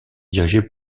dirigé